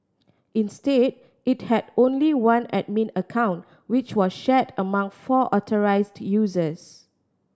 instead it had only one admin account which were shared among four authorised users